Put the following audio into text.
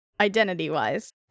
identity-wise